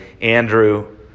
Andrew